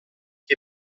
chi